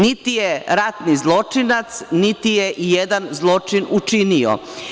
Niti je ratni zločinac, niti je i jedan zločin učinio.